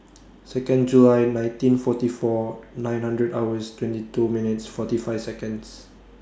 Second July nineteen forty four nine hundred hours twenty two minutes forty five Seconds